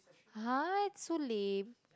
!huh! so lame